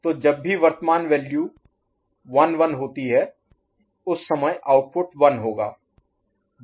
तो जब भी वर्तमान वैल्यू 1 1 होती है उस समय आउटपुट 1 होगा